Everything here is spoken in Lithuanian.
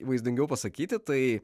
vaizdingiau pasakyti tai